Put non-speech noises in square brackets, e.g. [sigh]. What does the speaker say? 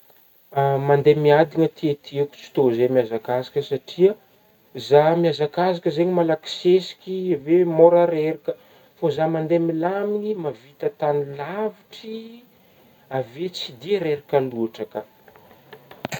[hesitation] Mandeha miadagna tiatiako tsy tô zay mihazakazaka satria zah mizakazaka zegny malaky sesiky avy eo môra reraka ,fô zah mandehy milamigny mahavita tagny lavitry avy eo tsy de reraka lôtra ka. [noise]